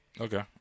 Okay